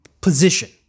position